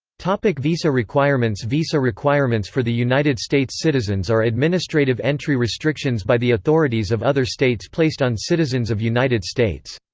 like visa requirements visa requirements for the united states citizens are administrative entry restrictions by the authorities of other states placed on citizens of united states.